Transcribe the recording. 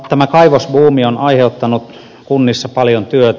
tämä kaivosbuumi on aiheuttanut kunnissa paljon työtä